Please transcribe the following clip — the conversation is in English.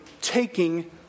taking